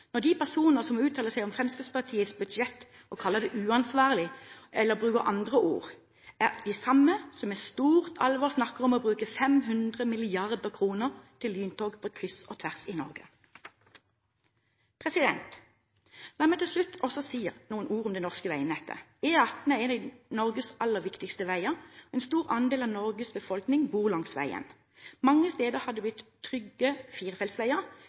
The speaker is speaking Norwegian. når de personer som uttaler seg om Fremskrittspartiets budsjett og kaller det uansvarlig, eller bruker andre ord, er de samme som med stort alvor snakker om å bruke 500 mrd. kr til lyntog på kryss og tvers i Norge. La meg til slutt også si noen ord om det norske veinettet. E18 er en av Norges aller viktigste veier, og en stor andel av Norges befolkning bor langs veien. Mange steder har vi trygge firefeltsveier,